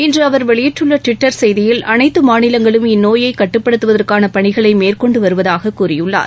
இன்று அவர் வெளியிட்டுள்ள டுவிட்டர் செய்தியில் அனைத்து மாநிலங்களும் இந்நோயை கட்டுப்படுத்துவற்கான பணிகளை மேற்கொண்டு வருவதாக கூறியுள்ளார்